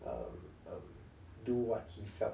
um and do what he felt